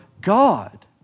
God